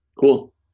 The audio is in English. Cool